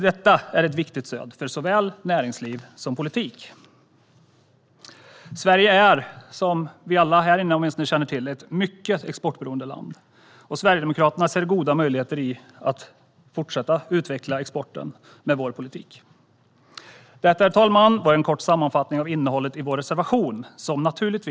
Detta är ett viktigt stöd för såväl näringsliv som politik. Sverige är, som åtminstone alla här inne känner till, ett mycket exportberoende land. Sverigedemokraterna ser goda möjligheter att fortsätta utveckla exporten med vår politik. Detta var en kort sammanfattning av innehållet i vår reservation, herr talman.